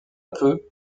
peu